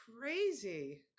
crazy